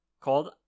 called